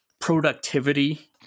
productivity